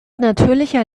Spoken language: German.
natürlicher